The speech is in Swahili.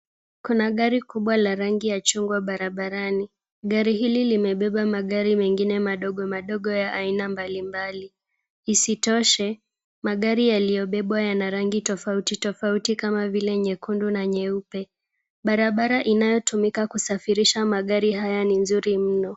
Kuna gari kubwa la rangi ya chungwa barabarani. Gari hili limebeba magari mengine madogo madogo ya aina mbalimbali. Isitoshe, magari yaliyobebwa yana rangi tofauti tofauti kama vile nyekundu na nyeupe. Barabara inayotumika kusafirisha magari haya ni nzuri mno.